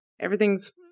everything's